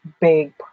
big